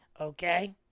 Okay